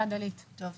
דלית, בבקשה.